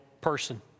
person